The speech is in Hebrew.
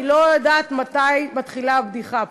אני לא יודעת מתי מתחילה הבדיחה פה.